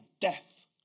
death